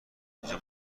اینجا